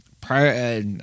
Prior